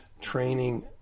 training